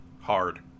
Hard